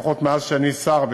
לפחות מאז אני שר,